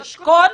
נשקול,